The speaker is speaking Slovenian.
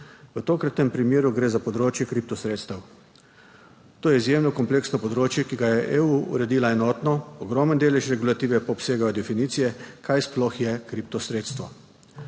V tokratnem primeru gre za področje kriptosredstev. To je izjemno kompleksno področje, ki ga je EU uredila enotno, ogromen delež regulative pa obsegajo definicije, kaj sploh je kriptosredstvo.